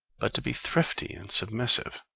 but to be thrifty and submissive.